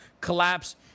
collapse